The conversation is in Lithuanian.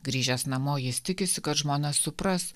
grįžęs namo jis tikisi kad žmona supras